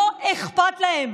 לא אכפת להם.